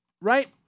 Right